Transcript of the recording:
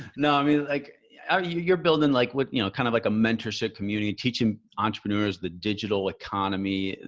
no, i mean like ah you know you're building, like what you know, kind of like a mentorship community, teaching entrepreneurs, the digital economy,